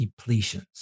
depletions